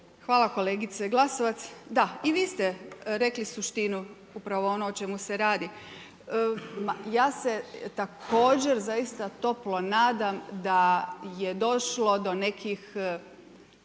Hvala kolegice Glasovac, da i vi ste rekli suštinu upravo ono o čemu se radi ja se također zaista toplo nadam da je došlo do nekih